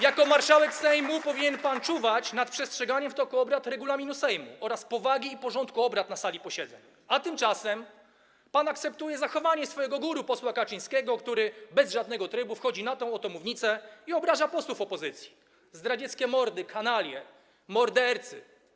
Jako marszałek Sejmu powinien pan czuwać nad przestrzeganiem w toku obrad regulaminu Sejmu oraz powagi i porządku obrad na sali posiedzeń, a tymczasem pan akceptuje zachowanie swojego guru, posła Kaczyńskiego, który bez żadnego trybu wchodzi na tę oto mównicę i obraża posłów opozycji: zdradzieckie mordy, kanalie, mordercy.